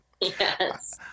Yes